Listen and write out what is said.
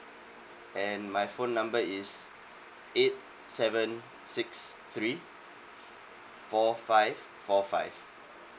and my phone number is eight seven six three four five four five